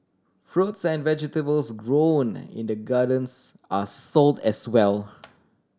fruits and vegetables grown in the gardens are sold as well